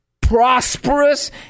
Prosperous